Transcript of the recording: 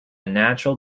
natural